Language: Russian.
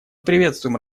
приветствуем